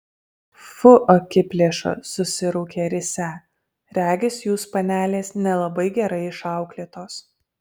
fu akiplėša susiraukė risią regis jūs panelės nelabai gerai išauklėtos